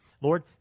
Lord